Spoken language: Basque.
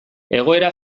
egoera